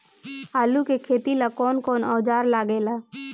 आलू के खेती ला कौन कौन औजार लागे ला?